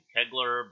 Kegler